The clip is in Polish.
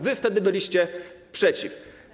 Wy wtedy byliście przeciw.